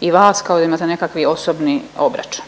i vas kao da imate nekakvi osobni obračun.